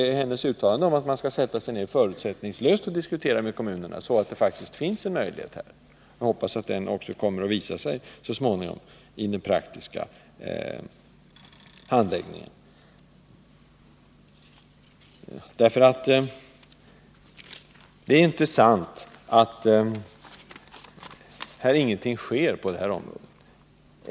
Hennes uttalande att man skall sätta sig ned och förutsättningslöst diskutera med kommunerna tolkade jag så, att det finns en sådan möjlighet. Jag hoppas att den också så småningom kommer att visa sig i den praktiska handläggningen. Det är inte sant att ingenting sker på det här området.